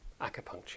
Acupuncture